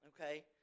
Okay